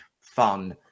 fun